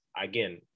again